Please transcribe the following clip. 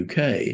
UK